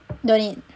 don't need